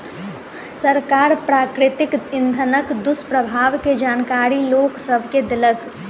सरकार प्राकृतिक इंधनक दुष्प्रभाव के जानकारी लोक सभ के देलक